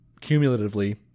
cumulatively